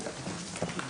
הישיבה